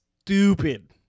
stupid